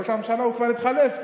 ראש הממשלה כבר התחלף,